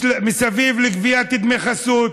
סביב גביית דמי חסות.